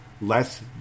less